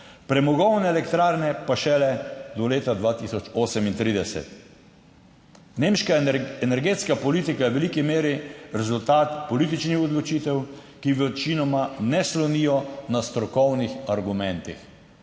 premogovne elektrarne pa šele do leta 2038? Nemška energetska politika je v veliki meri rezultat političnih odločitev, ki večinoma ne slonijo na strokovnih argumentih.